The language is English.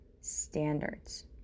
standards